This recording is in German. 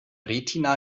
retina